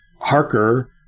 Harker